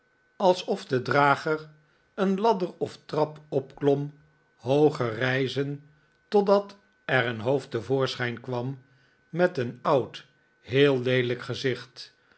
alsof de drager een ladder of trap opklom hooger rijzen totdat er een hoofd te voorschijn kwam met een oud heel leelijk gezicht